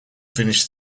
finished